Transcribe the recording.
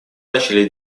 начали